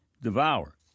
devour